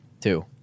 Two